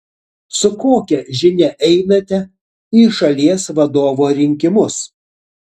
su kokia žinia einate į šalies vadovo rinkimus